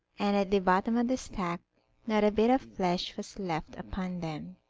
and at the bottom of the stack not a bit of flesh was left upon them.